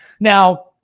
Now